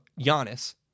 Giannis